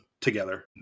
together